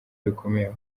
bikomeye